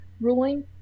ruling